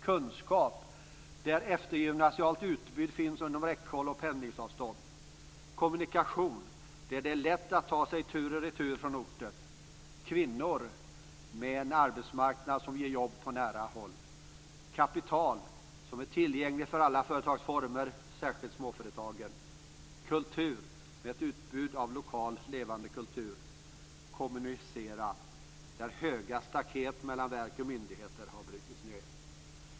Kunskap - eftergymnasialt utbud inom räckhåll och pendlingsavstånd. Kommunikation - det skall vara lätt att ta sig tur och retur från en ort. Kvinnor - en arbetsmarknad som ger jobb på nära håll. Kommunicera - höga staket mellan verk och myndigheter bryts ned.